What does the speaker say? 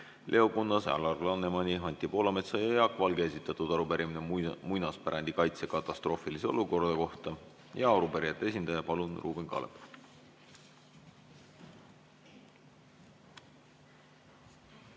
Leo Kunnase, Alar Lanemani, Anti Poolametsa ja Jaak Valge esitatud arupärimine muinaspärandi kaitse katastroofilise olukorra kohta. Arupärijate esindaja Ruuben Kaalep,